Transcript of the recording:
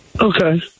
okay